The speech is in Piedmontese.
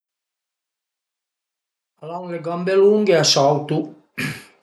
Al an le gambe lunghe e a sautu